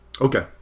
Okay